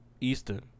Eastern